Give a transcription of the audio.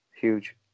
huge